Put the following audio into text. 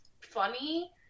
funny